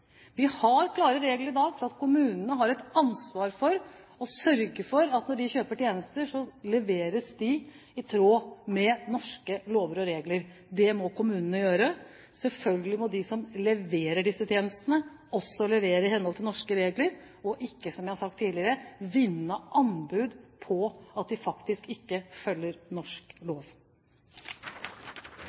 Vi har klare regler i dag for at kommunene har et ansvar for å sørge for at når de kjøper tjenester, leveres de i tråd med norske lover og regler. Det må kommunene gjøre. Selvfølgelig må de som leverer disse tjenestene, også levere i henhold til norske regler, og ikke – som jeg har sagt tidligere – vinne anbud på at man faktisk ikke følger norsk lov.